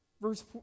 Verse